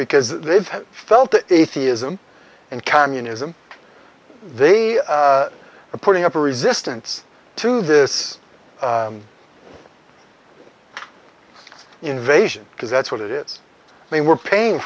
because they've felt it atheism and communism they are putting up a resistance to this invasion because that's what it is i mean we're paying